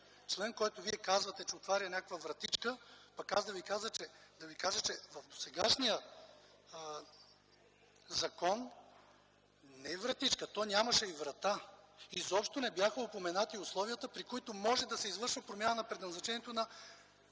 член, който Вие казвате, че отваря някаква вратичка, а пък аз да Ви кажа, че в досегашния закон – не вратичка, то нямаше врата! Изобщо не бяха упоменати условията, при които може да се извършва промяна на предназначението на